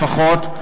לפחות,